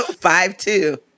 Five-two